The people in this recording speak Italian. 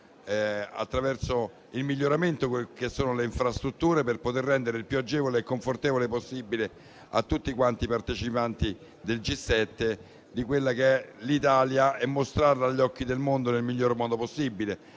attraverso il miglioramento delle infrastrutture, per poter rendere il più agevole e confortevole possibile a tutti quanti i partecipanti del G7 il soggiorno in essa, mostrandola agli occhi del mondo nel miglior modo possibile.